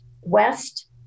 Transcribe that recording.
west